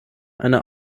eine